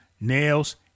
nails